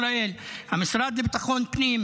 המשרד לביטחון פנים,